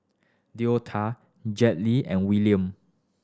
Deota Jetlee and Wiliam